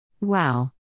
Wow